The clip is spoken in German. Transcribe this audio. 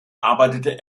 arbeitete